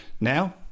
Now